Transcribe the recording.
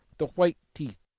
the white teeth,